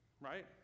right